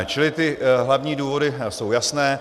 Čili ty hlavní důvody jsou jasné.